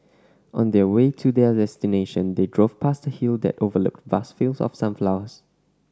on their way to their destination they drove past a hill that overlooked vast fields of sunflowers